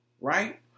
Right